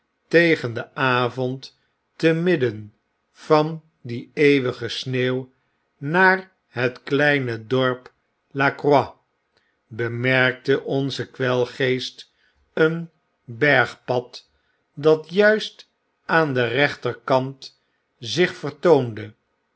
tegen den avond te midden van die eeuwige sneeuw naar het kleine dorp la croix bemerkte onze kwelgeest een bergpad dat juist aan den rechterkant zich vertoonde